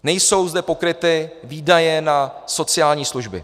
Nejsou zde pokryty výdaje na sociální služby.